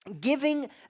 giving